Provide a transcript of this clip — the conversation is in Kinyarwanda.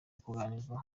kuganirwaho